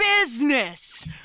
business